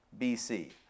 BC